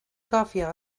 gofio